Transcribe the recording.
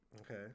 okay